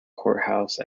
courthouse